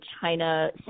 China